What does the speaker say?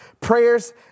prayers